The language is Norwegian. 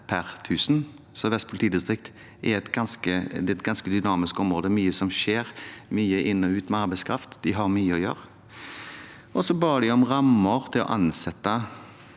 Sør-Vest politidistrikt er et ganske dynamisk område. Det er mye som skjer, mye inn og ut med arbeidskraft, og de har mye å gjøre. De ba også om rammer til å ansette